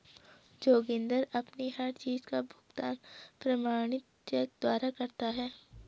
जोगिंदर अपनी हर चीज का भुगतान प्रमाणित चेक द्वारा करता है